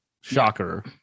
Shocker